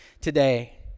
today